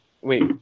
wait